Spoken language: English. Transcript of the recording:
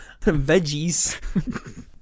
veggies